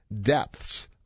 depths